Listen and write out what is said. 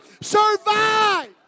survive